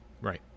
Right